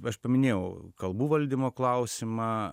aš paminėjau kalbų valdymo klausimą